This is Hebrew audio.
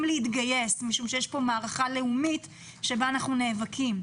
להתגייס משום שיש כאן מערכה לאומית בה אנחנו נאבקים.